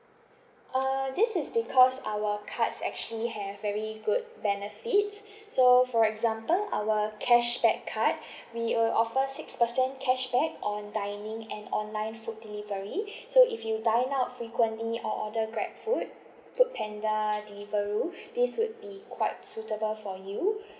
uh this is because our cards actually have very good benefits so for example our cashback card we uh offer six percent cashback on dining and online food delivery so if you dine out frequently or order grabfood food panda delivery this would be quite suitable for you